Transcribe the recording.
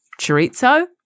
chorizo